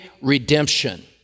redemption